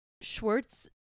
Schwartz